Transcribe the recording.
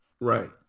Right